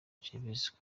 gervais